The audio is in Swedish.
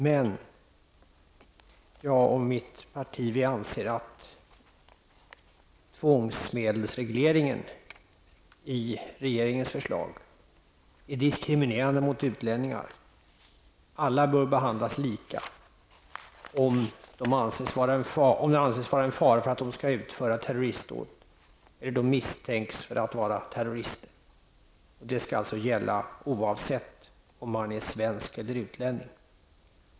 Men jag och mitt parti anser att tvångsmedelsregleringen i regeringens förslag är diskriminerande mot utlänningar. Alla bör behandlas lika om det anses vara en fara för att att de skall utföra terroristdåd eller misstänks för att vara terrorister. Detta skall gälla oavsett om man är svensk eller utlänning.